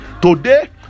today